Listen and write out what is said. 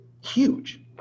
huge